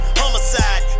homicide